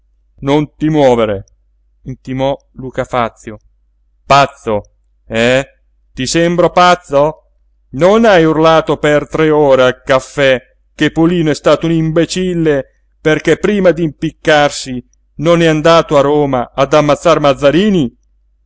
non ti muovere intimò luca fazio pazzo eh ti sembro pazzo e non hai urlato per tre ore al caffè che pulino è stato un imbecille perché prima d'impiccarsi non è andato a roma ad ammazzar mazzarini